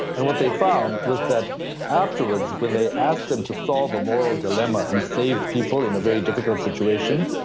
and what they found was that afterwards when they asked them to solve a moral dilemma, and save people in a very difficult situation,